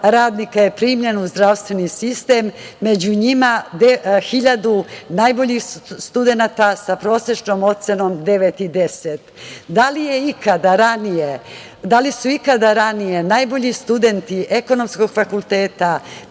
radnika je primljeno u zdravstveni sistem, među njima 1.000 najboljih studenata, sa prosečnom ocenom 9 i 10.Da li su ikada ranije najbolji studenti ekonomskog fakulteta